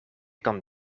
kan